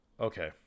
Okay